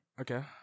Okay